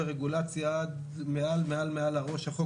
ברשותך, הערה קצרה.